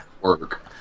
work